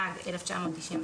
בחוק אשראי הוגן, התשנ"ג-1993